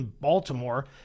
Baltimore